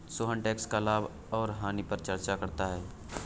Sohan tax का लाभ और हानि पर चर्चा करता है